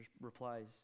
replies